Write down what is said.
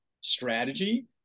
strategy